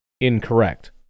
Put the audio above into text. incorrect